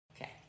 Okay